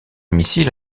missile